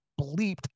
bleeped